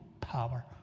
power